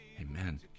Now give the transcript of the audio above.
Amen